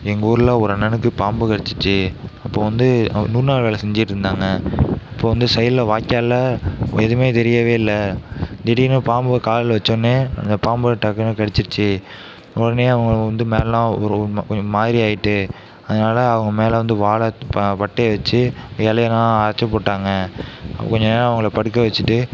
எங்கள் ஊரில் ஒரு அண்ணனுக்கு பாம்பு கடிச்சிருச்சி அப்போது வந்து அவர் நூறுநாள் வேலை செஞ்சுட்ருந்தாங்க அப்போது வந்து சைடில் வாய்க்காலில் எதுவுமே தெரியவே இல்லை திடீர்னு பாம்பு கால் வைச்சோன்னே அந்த பாம்பு டக்குனு கடிச்சுடுச்சி உடனே அவங்க வந்து மேலெலாம் ஒரு கொஞ்சம் மாதிரியாயிட்டு அதனால அவங்க மேலே வந்து வாழை பட்டையை வச்சு இலையெல்லாம் அரைச்சு போட்டாங்க கொஞ்சம் நேரம் அவங்கள படுக்க வச்சுட்டு